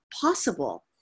possible